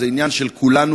זה עניין של כולנו,